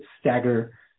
stagger